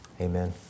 Amen